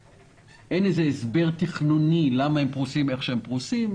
הם נבנו אין איזה הסבר תכנוני למה הם פרושים איך שהם פרושים.